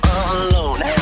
alone